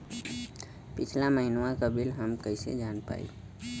पिछला महिनवा क बिल हम कईसे जान पाइब?